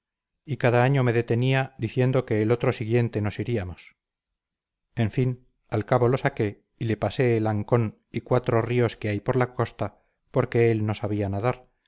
y cada año me detenía diciendo que el otro siguiente nos iríamos en fin al cabo lo saqué y le pasé el ancón y cuatro ríos que hay por la costa porque él no sabía nadar